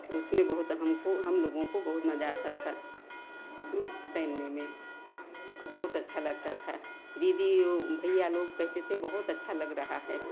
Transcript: उसमें बहुत हमको हम लोगों को बहुत मज़ा आता था तैरने में और बहुत अच्छा लगता था दीदी उ भैया लोग कहते थे बहुत अच्छा लग रहा है